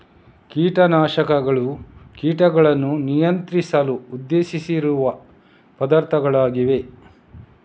ಕೀಟ ನಾಶಕಗಳು ಕೀಟಗಳನ್ನು ನಿಯಂತ್ರಿಸಲು ಉದ್ದೇಶಿಸಿರುವ ಪದಾರ್ಥಗಳಾಗಿವೆ